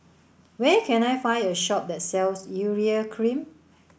where can I find a shop that sells Urea Cream